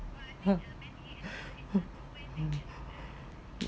uh